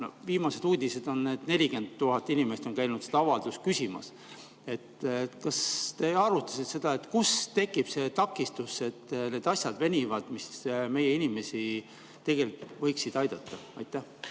Viimased uudised on, et 40 000 inimest on käinud seda [toetust] küsimas. Kas te arutasite seda, kus on tekkinud see takistus, et need asjad, mis meie inimesi tegelikult võiksid aidata,